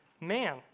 man